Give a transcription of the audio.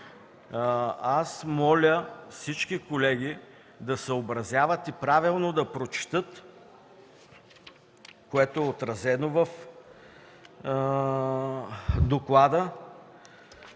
аз моля всички колеги да съобразяват и правилно да прочетат отразеното в доклада.